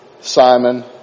Simon